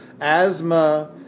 asthma